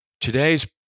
today's